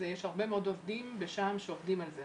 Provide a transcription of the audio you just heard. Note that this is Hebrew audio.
יש הרבה מאוד עובדים בשע"ם שעובדים על זה,